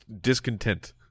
discontent